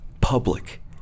public